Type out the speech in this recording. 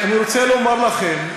אני רוצה לומר לכם,